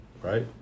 Right